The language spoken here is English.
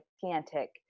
gigantic